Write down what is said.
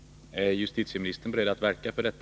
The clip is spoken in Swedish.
Är justitieministern beredd att verka för detta?